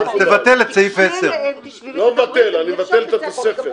תבטל את סעיף 10. לא מבטל, אבטל את התוספת.